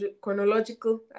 chronological